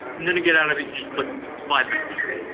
and then to get out of it, you just click slide master.